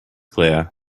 clear